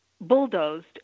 bulldozed